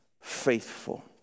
faithful